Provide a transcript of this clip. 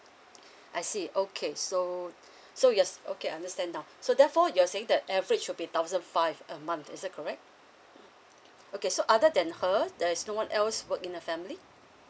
I see okay so so yes okay understand now so therefore you're saying that average will be thousand five a month is that correct okay so other than her there's no one else work in the family